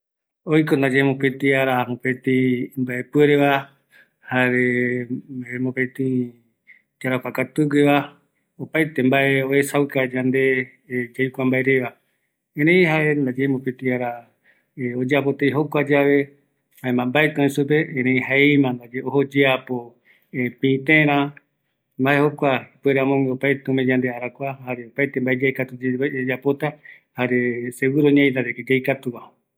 Mopëtï ara ndaye oiko, möpëtï imbaepuregueva oporoapo mɨmbarava, erei möpëtï ara ndaye oporoapo tatei yave, mbaetɨ oëkavi supe, jaei ma ndaye ojo pïtëra, kua jae mopötï arakua, mbaetɨita opaete mbae oëkavi yandeve yaparavɨkɨ kavia yave